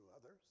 others